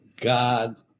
God